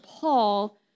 Paul